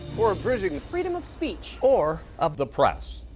or abridging the freedom of speech or of the press